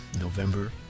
November